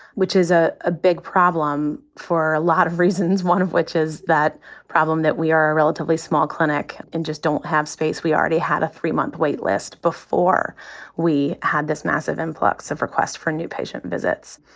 which is a a big problem for a lot of reasons, one of which is that problem that we are a relatively small clinic, and just don't have space. we already had a three month wait list before we had this massive influx of requests for new patient visits.